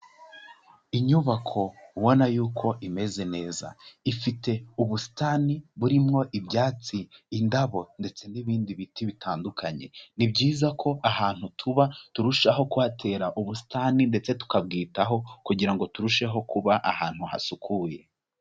Inyubako ubona yuko imeze neza ifite ubusitani burimwo ibyatsi, indabo ndetse n'ibindi biti bitandukanye. Ni byiza ko ahantu tuba turushaho kuhatera ubusitani ndetse tukabwitaho kugira ngo turusheho kuba ahantu hasukuye.